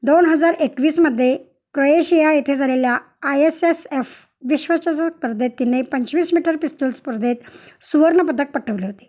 दोन हजार एकवीसमध्ये क्रोएशिया येथे झालेल्या आय एस एस एफ विश्वचषक स्पर्धेत तिने पंचवीस मीटर पिस्तुल स्पर्धेत सुवर्णपदक पाठवले होते